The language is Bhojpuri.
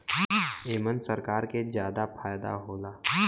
एमन सरकार के जादा फायदा होला